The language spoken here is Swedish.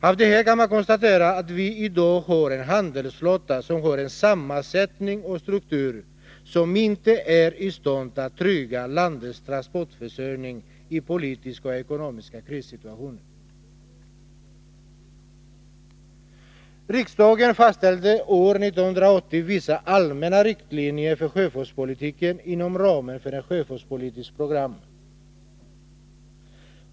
Av detta kan man konstatera att vi i dag har en handelsflotta med en sådan sammansättning och struktur att den inte är i stånd att trygga landets transportförsörjning i politiska och ekonomiska krissituationer. Riksdagen fastställde år 1980 vissa allmänna riktlinjer för sjöfartspolitiken inom ramen för ett sjöfartspolitiskt program.